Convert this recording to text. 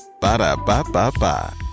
Ba-da-ba-ba-ba